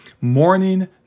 morning